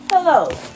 Hello